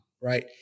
right